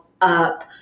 up